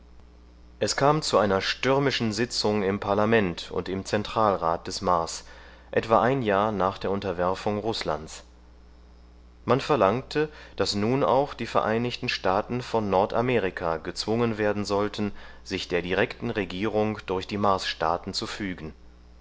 es kam zu einer stürmischen sitzung im parlament und im zentralrat des mars etwa ein jahr nach der unterwerfung rußlands man verlangte daß nun auch die vereinigten staaten von nordamerika gezwungen werden sollten sich der direkten regierung durch die marsstaaten zu fügen